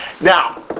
Now